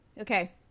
Okay